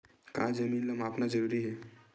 का जमीन ला मापना जरूरी हे?